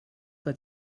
que